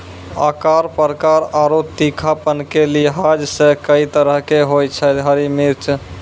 आकार, प्रकार आरो तीखापन के लिहाज सॅ कई तरह के होय छै हरी मिर्च